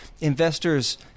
investors